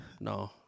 No